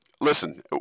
Listen